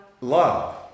love